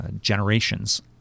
generations